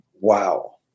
Wow